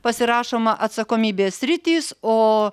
pasirašoma atsakomybės sritys o